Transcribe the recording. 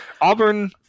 Auburn